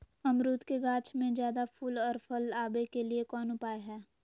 अमरूद के गाछ में ज्यादा फुल और फल आबे के लिए कौन उपाय है?